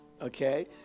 Okay